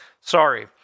sorry